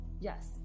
Yes